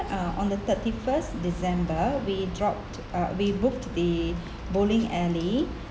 uh on the thirty first december we dropped uh we booked the bowling alley